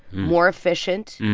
more efficient.